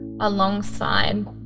alongside